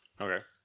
Okay